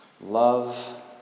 Love